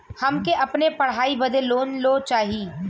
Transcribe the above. हमके अपने पढ़ाई बदे लोन लो चाही?